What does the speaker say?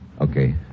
Okay